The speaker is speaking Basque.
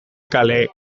kaleek